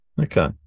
Okay